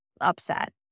upset